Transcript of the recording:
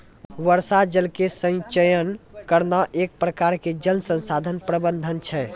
वर्षा जल के संचयन करना एक प्रकार से जल संसाधन प्रबंधन छै